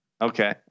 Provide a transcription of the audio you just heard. Okay